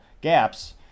gaps